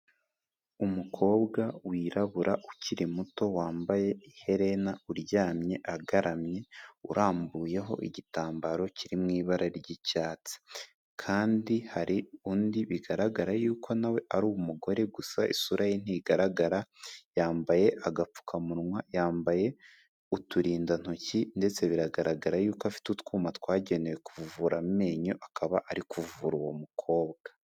Umukobwa wirabura ukiri muto wambaye iherena uryamye agaramye urambuyeho igitambaro kiri mu ibara ry'icyatsi, kandi hari undi bigaragara yuko nawe ari umugore gusa isura ye ntigaragara. Yambaye agapfukamunwa, yambaye uturindantoki ndetse biragaragara yuko afite utwuma twagenewe kuvura amenyo akaba ari kuvura uwo mukobwa.